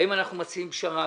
האם אנחנו מציעים פשרה,